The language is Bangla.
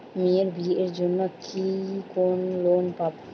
মেয়ের বিয়ের জন্য কি কোন লোন পাব?